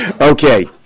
Okay